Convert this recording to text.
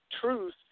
truth